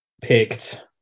picked